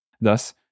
Thus